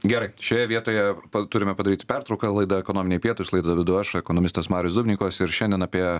gerai šioje vietoje pa turime padaryti pertrauką laidą ekonominiai pietūs laidą vedu aš ekonomistas marius dubnikovas ir šiandien apie